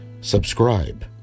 subscribe